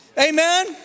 Amen